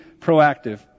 proactive